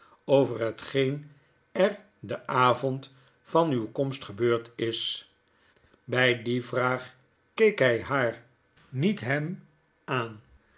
over hetgeen erden avond van uwe komst gebeurd is by die vraag keek hy haar niet hem aan